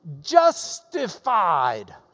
justified